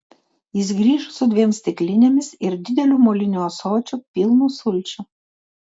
jis grįžo su dviem stiklinėmis ir dideliu moliniu ąsočiu pilnu sulčių